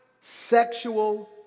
sexual